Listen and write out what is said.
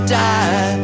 die